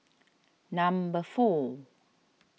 number four